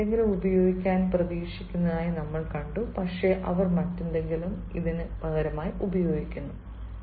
ആളുകൾ എന്തെങ്കിലും ഉപയോഗിക്കാൻ പ്രതീക്ഷിക്കുന്നതായി നമ്മൾ കണ്ടു പക്ഷേ അവർ മറ്റെന്തെങ്കിലും ഉപയോഗിക്കുന്നു